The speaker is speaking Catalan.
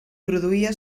produïa